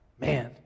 man